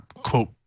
Quote